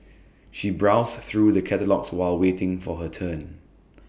she browsed through the catalogues while waiting for her turn